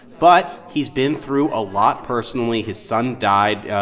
but he's been through a lot personally. his son died,